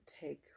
take